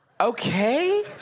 Okay